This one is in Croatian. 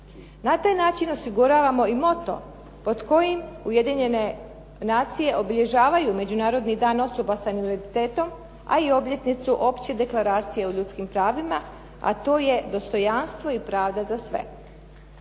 Na taj način osiguravamo i moto pod kojim ujedinjene nacije obilježavaju međunarodni dan osoba sa invaliditetom, a i obljetnicu opće deklaracije o ljudskim pravima, a to je dostojanstvo i pravda za sve.